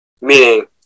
meaning